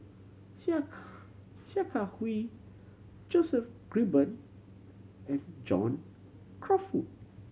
Sia Kah Sia Kah Hui Joseph Grimberg and John Crawfurd